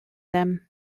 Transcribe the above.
them